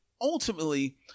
ultimately